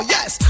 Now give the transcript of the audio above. Yes